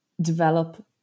develop